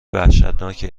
وحشتناکی